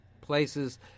places